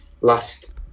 last